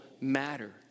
matter